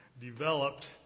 developed